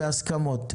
בהסכמות.